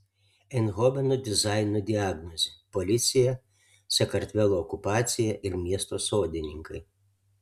eindhoveno dizaino diagnozė policija sakartvelo okupacija ir miesto sodininkai